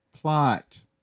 Plot